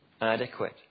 adequate